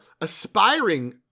aspiring